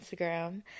Instagram